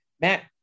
Matt